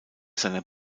seiner